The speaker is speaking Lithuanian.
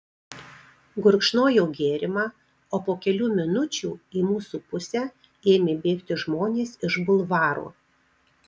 gurkšnojau gėrimą o po kelių minučių į mūsų pusę ėmė bėgti žmonės iš bulvaro